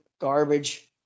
Garbage